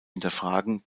hinterfragen